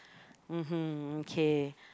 mmhmm okay